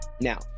Now